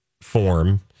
form